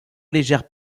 légère